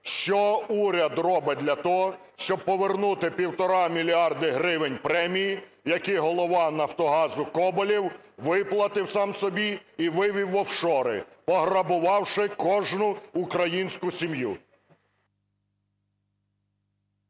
Що уряд робить для того, щоб повернути півтора мільярда гривень премії, які голова "Нафтогазу" Коболєв виплатив сам собі і вивів в офшори, пограбувавши кожну українську сім'ю?